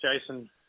Jason